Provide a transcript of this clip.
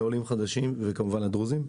לעולים חדשים וכמובן לדרוזים.